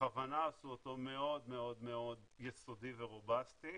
שבכוונה עשו אותו מאוד מאוד יסודי ורובסטי,